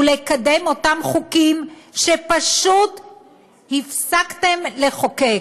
ולקדם את אותם חוקים שפשוט הפסקתם לחוקק,